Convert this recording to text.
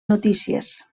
notícies